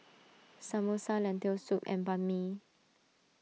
Samosa Lentil Soup and Banh Mi